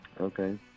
Okay